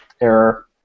error